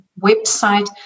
website